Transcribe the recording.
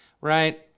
right